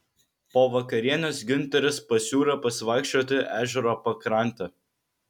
po vakarienės giunteris pasiūlė pasivaikščioti ežero pakrante